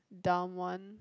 dumb one